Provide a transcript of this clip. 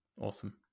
Awesome